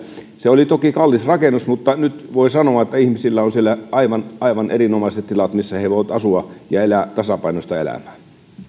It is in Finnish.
se oli toki kallis rakennus mutta nyt voi sanoa että ihmisillä on siellä aivan erinomaiset tilat missä he voivat asua ja ja elää tasapainoista elämää